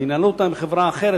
ינהלו אותה עם חברה אחרת,